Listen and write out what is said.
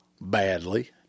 Badly